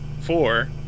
four